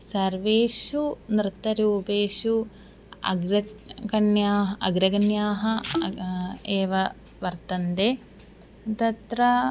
सर्वेषु नृत्तरूपेषु अग्रे कन्याः अग्रगण्याः एव वर्तन्ते तत्र